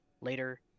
later